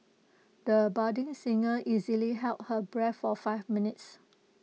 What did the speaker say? the budding singer easily held her breath for five minutes